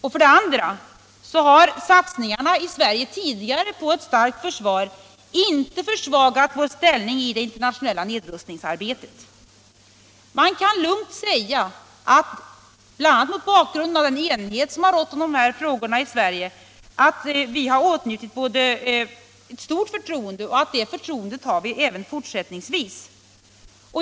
För det andra har satsningarna på ett starkt svenskt försvar tidigare inte försvagat vår ställning i det internationella nedrust ningsarbetet. Man kan lugnt säga — bl.a. mot bakgrund av den enighet som rått om dessa frågor i Sverige — att vi har åtnjutit stort förtroende, och det förtroendet har vi även fortsättningsvis.